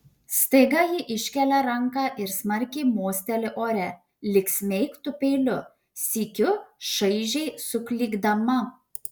staiga ji iškelia ranką ir smarkiai mosteli ore lyg smeigtų peiliu sykiu šaižiai suklykdama